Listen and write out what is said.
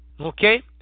Okay